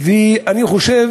אני חושב